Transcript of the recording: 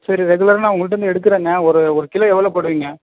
சரி ரெகுலர் நான் உங்கள்கிட்டேருந்து எடுக்கிறேங்க ஒரு ஒரு கிலோ எவ்வளோ போடுவீங்க